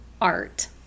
art